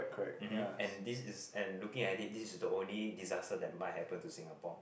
mmhmm and this is and looking at it this is the only disaster that might happen to Singapore